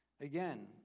Again